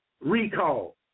Recall